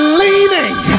leaning